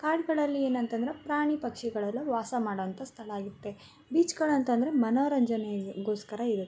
ಕಾಡುಗಳಲ್ಲಿ ಏನಂತಂದರೆ ಪ್ರಾಣಿ ಪಕ್ಷಿಗಳೆಲ್ಲ ವಾಸ ಮಾಡೋ ಅಂಥ ಸ್ಥಳ ಆಗಿರುತ್ತೆ ಬೀಚ್ಗಳು ಅಂತಂದರೆ ಮನೋರಂಜನೆಗೋಸ್ಕರ ಇರುತ್ತೆ